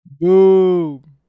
Boom